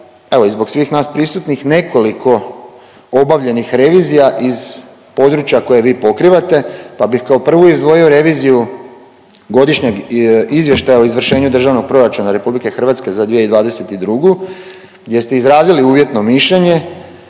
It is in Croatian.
evo i zbog svih nas prisutnih nekoliko obavljenih revizija iz područja koje vi pokrivate, pa bih kao prvu izdvojio reviziju Godišnjeg izvještaja o izvršenju državnog proračuna Republike Hrvatske za 2022., gdje ste izrazili uvjetno mišljenje,